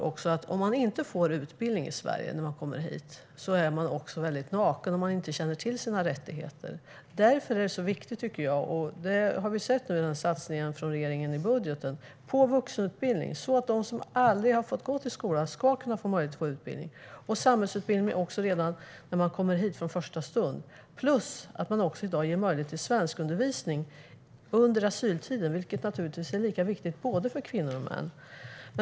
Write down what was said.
Om man inte får utbildning i Sverige när man kommer hit tror jag att man är mycket naken om man inte känner till sina rättigheter. Därför är det så viktigt med vuxenutbildning, som regeringen satsar på i budgeten, så att de som aldrig har fått gå i skolan ska få möjlighet till utbildning. Och man ska få samhällsutbildning från första stund när man kommer hit. I dag ges det också möjlighet till svenskundervisning under asyltiden, vilken naturligtvis är lika viktigt för både kvinnor och män.